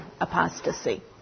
Apostasy